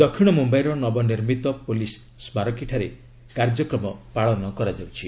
ଦକ୍ଷିଣ ମ୍ରମ୍ୟାଇର ନବନିର୍ମିତ ପୁଲିସ୍ ସ୍କାରକୀଠାରେ କାର୍ଯ୍ୟକ୍ରମ ପାଳନ କରାଯାଉଛି